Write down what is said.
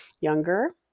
younger